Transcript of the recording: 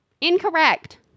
Incorrect